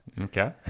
Okay